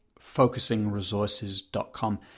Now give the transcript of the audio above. focusingresources.com